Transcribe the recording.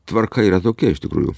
tvarka yra tokia iš tikrųjų